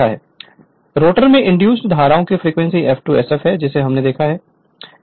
rotor में induced धाराओं की फ्रीक्वेंसी F2 sf है जिसे हमने देखा है